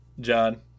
John